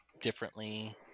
differently